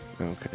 Okay